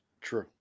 True